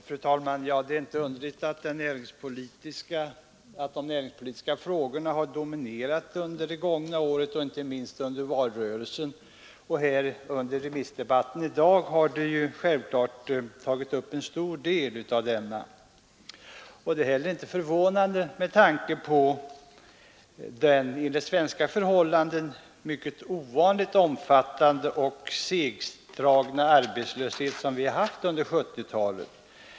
Fru talman! Det är inte underligt att de näringspolitiska frågorna har dominerat under det gångna året, inte minst under valrörelsen. De har självfallet också tagit upp en stor del av debatten i dag. Det är inte heller förvånande med tanke på den enligt svenska förhållanden ovanligt omfattande och segdragna arbetslöshet som vi har haft under 1970-talet.